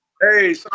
Hey